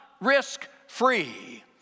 risk-free